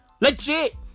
Legit